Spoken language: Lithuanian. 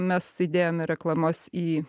mes įdėjom ir reklamas į